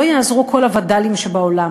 לא יעזרו כל הווד"לים שבעולם,